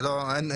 זה לא בהכרח,